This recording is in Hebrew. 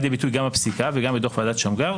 לידי ביטוי גם בפסיקה וגם בדוח ועדת שמגר,